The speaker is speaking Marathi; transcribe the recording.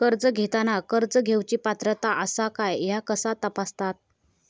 कर्ज घेताना कर्ज घेवची पात्रता आसा काय ह्या कसा तपासतात?